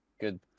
good